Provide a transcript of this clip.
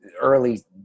early